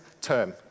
term